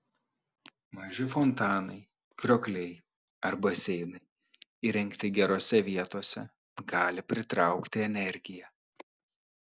maži fontanai kriokliai ar baseinai įrengti gerose vietose gali pritraukti energiją